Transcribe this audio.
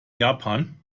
japan